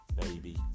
baby